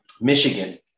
Michigan